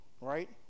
right